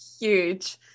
huge